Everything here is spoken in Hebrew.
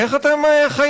איך אתן חיות?